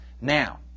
Now